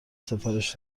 سفارش